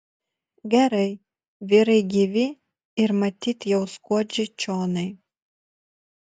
gerai vyrai gyvi ir matyt jau skuodžia čionai